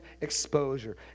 exposure